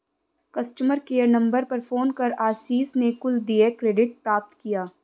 customer care number पर phone कर आशीष ने कुल देय क्रेडिट प्राप्त किया